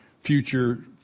future